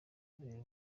kubera